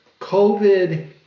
COVID